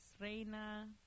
reina